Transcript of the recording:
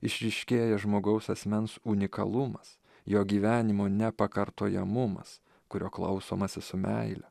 išryškėja žmogaus asmens unikalumas jo gyvenimo nepakartojamumas kurio klausomasi su meile